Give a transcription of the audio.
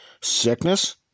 sickness